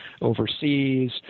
overseas